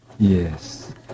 Yes